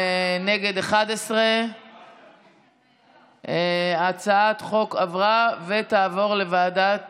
נגד, 11. הצעת החוק עברה, ותעבור לוועדת